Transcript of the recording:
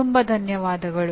ತುಂಬ ಧನ್ಯವಾದಗಳು